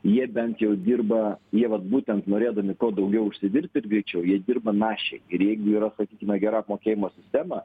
jie bent jau dirba jie vat būtent norėdami kuo daugiau užsidirbt ir greičiau jie dirba našiai ir jeigu yra sakykime gera apmokėjimo sistema